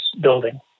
building